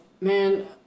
man